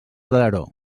daró